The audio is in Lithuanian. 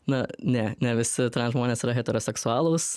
na ne ne visi žmonės yra heteroseksualūs